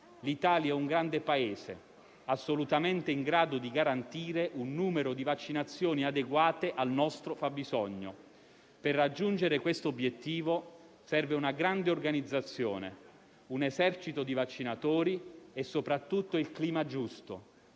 L'Italia è un grande Paese assolutamente in grado di garantire un numero di vaccinazioni adeguato al nostro fabbisogno. Per raggiungere questo obiettivo servono una grande organizzazione, un esercito di vaccinatori e, soprattutto, il clima giusto.